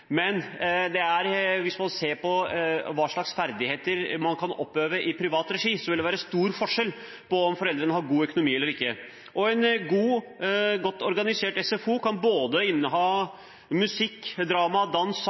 hvis man ser på hvilke ferdigheter man kan oppøve i privat regi, ville det være stor forskjell på om foreldrene har god økonomi eller ikke. En godt organisert SFO kan inneholde både musikk, drama, dans,